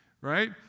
Right